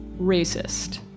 racist